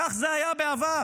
כך זה היה בעבר.